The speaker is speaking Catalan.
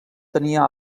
tenia